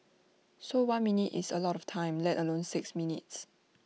so one minute is A lot of time let alone six minutes